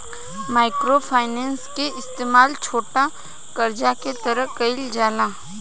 micro finance के इस्तमाल छोटा करजा के तरह कईल जाला